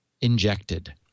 injected